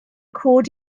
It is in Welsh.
coed